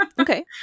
Okay